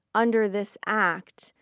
under this act,